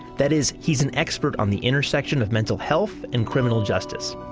that is, he's an expert on the intersection of mental health and criminal justice.